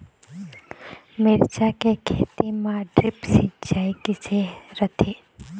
मिरचा के खेती म ड्रिप सिचाई किसे रथे?